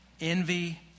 envy